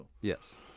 Yes